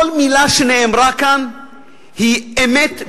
כל מלה שנאמרה כאן היא אמת,